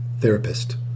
therapist